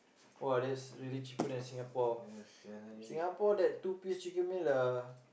!wah! that's really cheaper than Singapore Singapore that two piece chicken meal dah